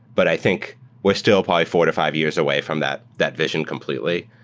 but i think we're still probably four to five years away from that that vision completely.